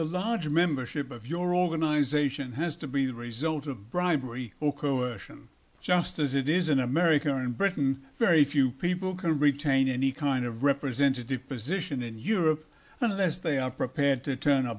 large membership of your organization has to be the result of bribery or coercion just as it is in america and britain very few people can retain any kind of representative position in europe unless they are prepared to turn a